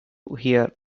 here